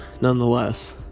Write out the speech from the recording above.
nonetheless